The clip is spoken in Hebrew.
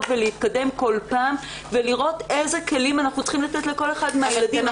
ולהתקדם כל פעם ולראות איזה כלים אנחנו צריכים לתת לכל אחד מהילדים.